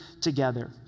together